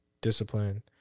discipline